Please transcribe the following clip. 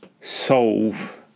solve